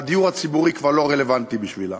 הדיור הציבורי כבר לא רלוונטי בשבילה.